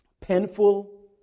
Painful